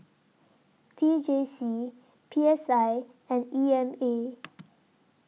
T J C P S I and E M A